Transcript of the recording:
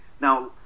Now